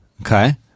Okay